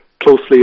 closely